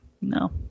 no